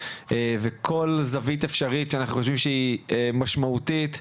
וכל זווית אפשרית שאנחנו חושבים שהיא משמעותית ובאמת,